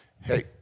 Hey